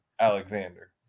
Alexander